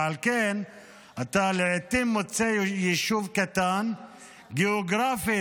ועל כן אתה לעיתים מוצא יישוב קטן שגאוגרפית